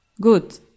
good